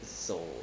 so